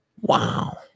Wow